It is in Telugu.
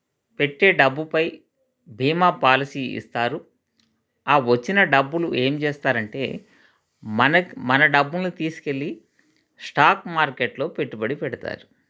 పెట్టే డబ్బుపై బీమా పాలసీ ఇస్తారు ఆ వచ్చిన డబ్బులు ఏం చేస్తారంటే మన మన డబ్బుల్ని తీసుకెళ్ళి స్టాక్ మార్కెట్లో పెట్టుబడి పెడతారు